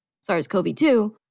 SARS-CoV-2